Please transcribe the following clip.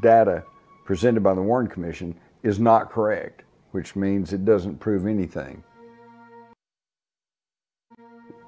data presented by the warren commission is not correct which means it doesn't prove anything